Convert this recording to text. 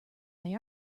they